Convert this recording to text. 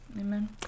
amen